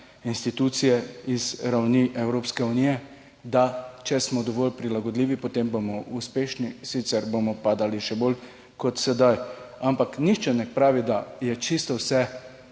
institucije iz ravni Evropske unije, da če smo dovolj prilagodljivi, potem bomo uspešni, sicer bomo pa dali še bolj kot sedaj. Ampak nihče ne pravi, da je čisto vse,